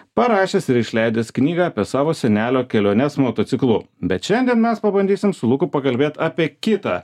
parašęs ir išleidęs knygą apie savo senelio keliones motociklu bet šiandien mes pabandysim su luku pakalbėt apie kitą